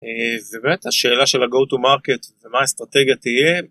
זו באמת השאלה של הgo to market ומה האסטרטגיה תהיה